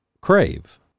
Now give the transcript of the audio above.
crave